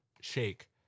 shake